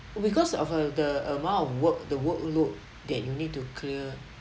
because of uh the amount of work the work load that you need to clear